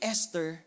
Esther